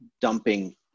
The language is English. dumping